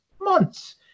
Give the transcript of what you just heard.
months